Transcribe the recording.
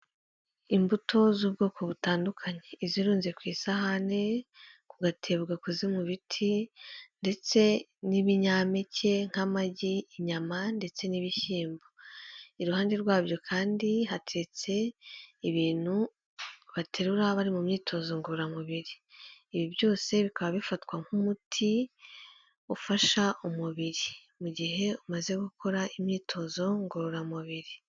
Imbuto z'ubwoko butandukanye izirunze ku isahani, ku gatebo gakoze ibiti ndetse n'ibinyampeke nk'amagi, inyama ndetse n'ibishyimbo, iruhande rwabyo kandi hatetse ibintu baterura bari mu myitozo ngororamubiri, ibi byose bikaba bifatwa nk'umuti ufasha umubiri mu gihe umaze gukora imyitozo ngororamubiri.